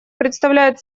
представляет